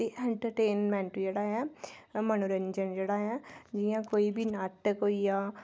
entertainment जेह्ड़ा ऐ मनोरज़न जेहड़ा ऐ जियां कोई बी नाटक होई गेआ